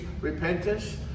repentance